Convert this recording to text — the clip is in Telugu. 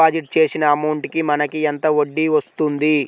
డిపాజిట్ చేసిన అమౌంట్ కి మనకి ఎంత వడ్డీ వస్తుంది?